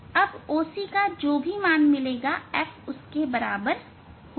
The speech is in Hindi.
अब OC का जो भी मान मिलेगा f उसके बराबर होगा